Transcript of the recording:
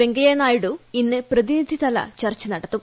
വെങ്കയ്യ് നായിഡു ഇന്ന് പ്രതിനിധിതല ചർച്ച നടത്തും